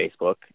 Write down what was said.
Facebook